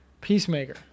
Peacemaker